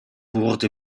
wurde